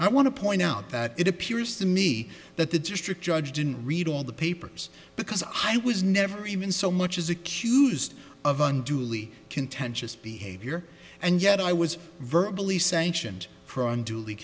i want to point out that it appears to me that the district judge didn't read all the papers because i was never even so much as accused of unduly contentious behavior and yet i was virtually sanctioned for unduly